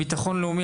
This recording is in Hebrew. ביטחון לאומי,